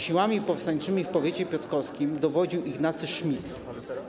Siłami powstańczymi w powiecie piotrkowskim dowodził Ignacy Szmidt.